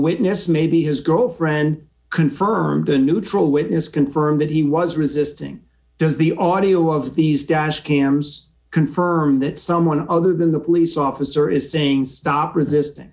witness may be his girlfriend confirmed a neutral witness confirm that he was resisting does the audio of these dash cams confirm that someone other than the police officer is saying stop resist